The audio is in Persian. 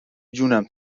جونم